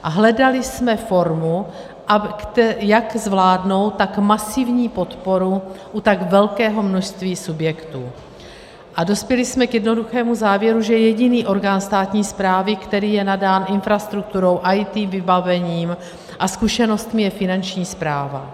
A hledali jsme formu, jak zvládnout tak masivní podporu u tak velkého množství subjektů, a dospěli jsme k jednoduchému závěru, že jediný orgán státní správy, který je nadán infrastrukturou, IT vybavením a zkušenostmi, je Finanční správa.